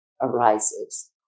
arises